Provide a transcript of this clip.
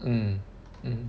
mm mm